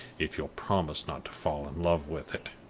if you'll promise not to fall in love with it.